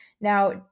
Now